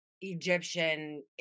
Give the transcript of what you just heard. Egyptian